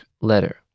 letter